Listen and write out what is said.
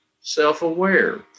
self-aware